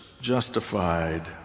justified